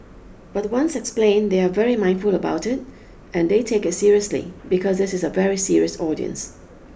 but once explained they are very mindful about it and they take it seriously because this is a very serious audience